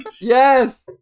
Yes